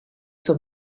zur